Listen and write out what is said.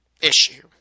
issue